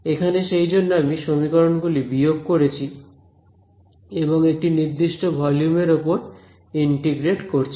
এখানে সেইজন্য আমি সমীকরণ গুলি বিয়োগ করছি এবং একটি নির্দিষ্ট ভলিউম এর ওপর ইন্টিগ্রেট করছি